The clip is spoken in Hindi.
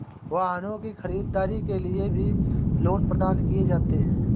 वाहनों की खरीददारी के लिये भी लोन प्रदान किये जाते हैं